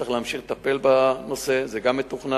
צריך להמשיך לטפל בנושא, זה גם מתוכנן.